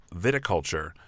Viticulture